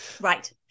Right